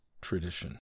tradition